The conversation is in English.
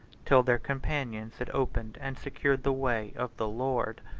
till their companions had opened and secured the way of the lord.